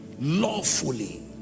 lawfully